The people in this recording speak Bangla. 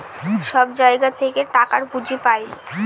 সব জায়গা থেকে টাকার পুঁজি পাই